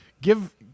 give